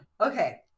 okay